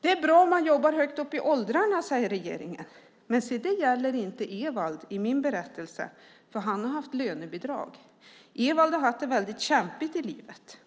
Det är bra om man jobbar högt upp i åldrarna, säger regeringen. Men se det gäller inte Evald i min berättelse, för han har haft lönebidrag. Evald har haft det väldigt kämpigt i livet.